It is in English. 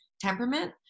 temperament